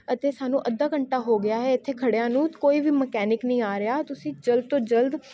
ਅਤੇ ਸਾਨੂੰ ਅੱਧਾ ਘੰਟਾ ਹੋ ਗਿਆ ਹੈ ਇੱਥੇ ਖੜ੍ਹਿਆਂ ਨੂੰ ਕੋਈ ਵੀ ਮਕੈਨਿਕ ਨਹੀਂ ਆ ਰਿਹਾ ਤੁਸੀਂ ਜਲਦ ਤੋਂ ਜਲਦ